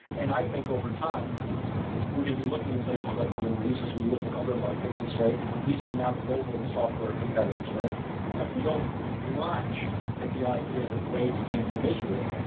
and i think over time were going to be looking at places like the middle east as we look in other markets and say these are now global software competitors. we don't blanch at the idea that ways came from israel,